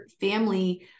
family